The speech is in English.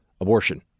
abortion